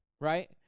right